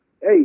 hey